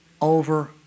over